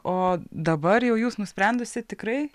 o dabar jau jūs nusprendusi tikrai